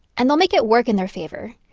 and they'll make it work in their favor,